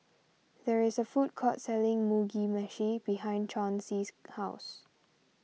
there is a food court selling Mugi Meshi behind Chauncey's house